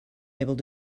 able